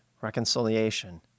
reconciliation